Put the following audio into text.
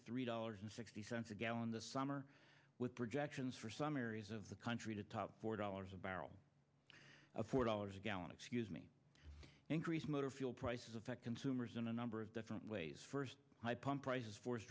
three dollars and sixty cents a gallon this summer with projections for some areas of the country to top four dollars a barrel of four dollars a gallon excuse me increase motor fuel prices affect consumers in a number of different ways first high pump prices force